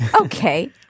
Okay